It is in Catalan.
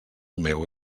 meu